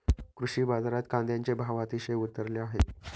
कृषी बाजारात कांद्याचे भाव अतिशय उतरले आहेत